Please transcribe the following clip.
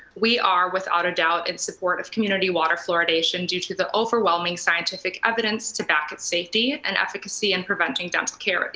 we are without a doubt and supportive community water fluoridation due to the overwhelming scientific evidence to back at safety and efficacy and preventing dental caries.